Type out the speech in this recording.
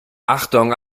achtung